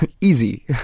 easy